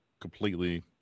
completely